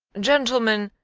gentlemen,